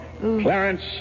Clarence